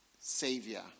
Savior